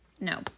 No